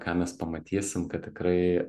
ką mes pamatysim kad tikrai